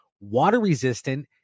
water-resistant